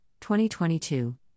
2022